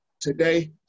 Today